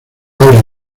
abre